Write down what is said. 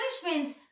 punishments